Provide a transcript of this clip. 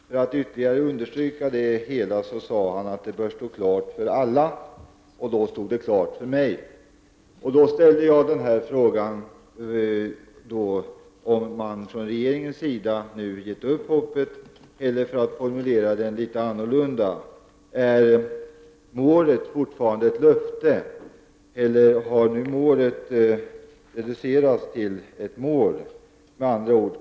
För att ytterligare understryka det hela sade han att detta bör stå klart för alla. Och detta stod klart för mig. Jag ställde då frågan om man från regeringens sida gett upp hoppet. Eller för att formulera det något annorlunda: Är målet fortfarande ett löfte, eller har målet reducerats till att endast vara ett mål?